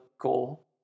goal